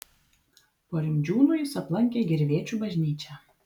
po rimdžiūnų jis aplankė gervėčių bažnyčią